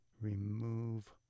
Remove